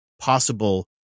possible